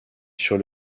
sur